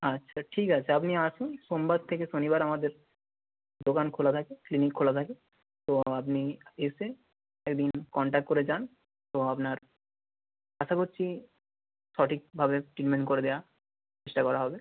আচ্ছা ঠিক আছে আপনি আসুন সোমবার থেকে শনিবার আমাদের দোকান খোলা থাকে ক্লিনিক খোলা থাকে তো আপনি এসে একদিন কন্ট্যাক্ট করে যান তো আপনার আশা করছি সঠিকভাবে ট্রিটমেন্ট করে দেওয়ার চেষ্টা করা হবে